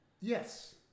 Yes